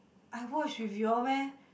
I watch with you all meh